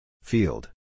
Field